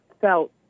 felt